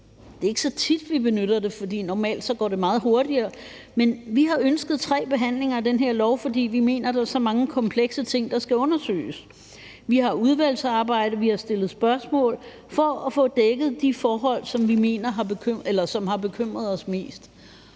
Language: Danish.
Det er ikke så tit, vi benytter det, for normalt går det meget hurtigere, men vi har ønsket tre behandlinger i forbindelse med det her lovforslag, fordi vi mener, at der er så mange komplekse ting, der skal undersøges. Vi har et udvalgsarbejde, og vi har stillet spørgsmål for at få afdækket de forhold, som har bekymret os mest,